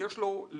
יש לו וטו,